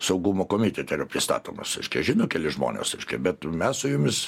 saugumo komitete yra pristatomas reiškia žino keli žmonės reiškia bet mes su jumis